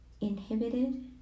inhibited